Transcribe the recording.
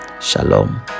shalom